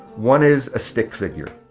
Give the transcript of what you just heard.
one is a stick figure.